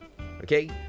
okay